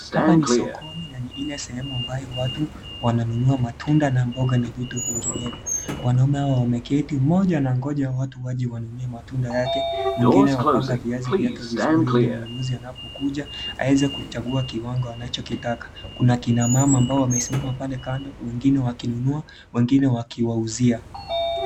Hapa ni sokoni na ni Ile sehemu ambayo watu wananunua matunda na mboga na vitu vinginevyo, wanaume hawa wameketi, moja anangoja watu waje wanunulie matunda yake, mwingine wapanga viazi vyake vizuri, ili mununuzi, anapokuja aeze kuchangua kiwango anachakitaka. Kuna kina mama ambao wamesimama pale kando wengine wakinunua wengine wakiwauzia.